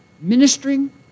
ministering